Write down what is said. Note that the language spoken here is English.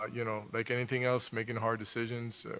ah you know, like anything else, making hard decisions,